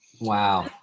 wow